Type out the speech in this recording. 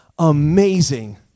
amazing